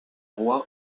roi